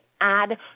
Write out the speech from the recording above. add